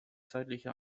zeitliche